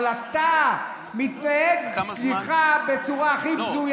אבל אתה מתנהג, סליחה, בצורה הכי בזויה,